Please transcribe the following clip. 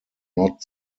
not